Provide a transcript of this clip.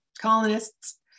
colonists